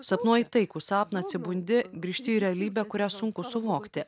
sapnuoji taikų sapną atsibundi grįžti į realybę kurią sunku suvokti